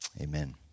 Amen